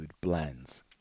blends